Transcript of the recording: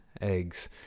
eggs